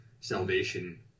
salvation